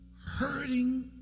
hurting